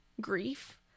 grief